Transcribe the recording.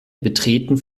betreten